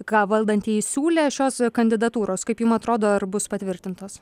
ką valdantieji siūlė šios kandidatūros kaip jum atrodo ar bus patvirtintos